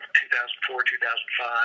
2004-2005